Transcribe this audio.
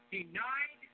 denied